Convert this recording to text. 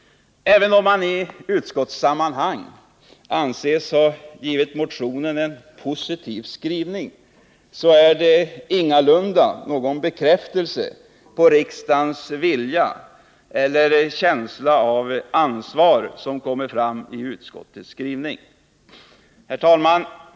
Även om utskottet anser sig ha givit motionen en positiv skrivning, är det ingalunda någon vilja till eller känsla av ansvar som kommer fram i utskottets skrivning. Herr talman!